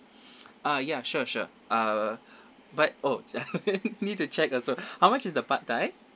ah ya sure sure uh but oh need to check also how much is the pad thai